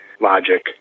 logic